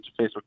Facebook